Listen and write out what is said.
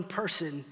person